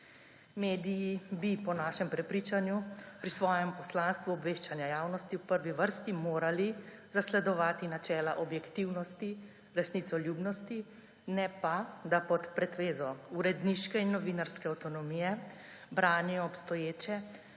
Mediji bi po našem prepričanju pri svojemu poslanstvu obveščanja javnosti v prvi vrsti morali zasledovati načela objektivnosti, resnicoljubnosti, ne pa da pod pretvezo uredniške in novinarske avtonomije branijo obstoječe